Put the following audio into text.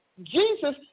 Jesus